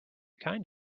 kind